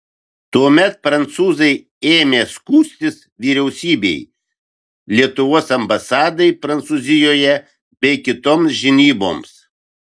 tuomet prancūzai ėmė skųstis vyriausybei lietuvos ambasadai prancūzijoje bei kitoms žinyboms